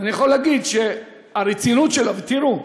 ואני יכול להגיד שהרצינות שלו, ותראו,